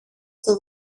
στο